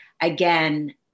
again